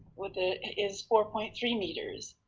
with its four point three meters,